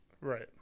Right